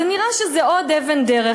זה נראה שזו עוד אבן דרך,